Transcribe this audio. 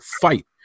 fight